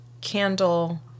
candle